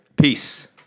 Peace